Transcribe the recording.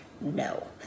No